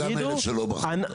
גם אלה שלא בחרת.